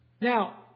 Now